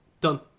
done